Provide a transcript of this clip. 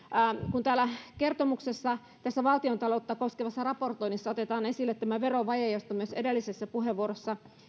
kun täällä kertomuksessa valtiontaloutta koskevassa raportoinnissa otetaan esille tämä verovaje josta myös edellisessä puheenvuorossani